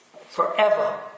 Forever